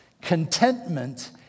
contentment